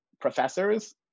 professors